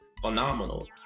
phenomenal